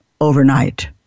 overnight